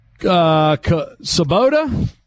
Sabota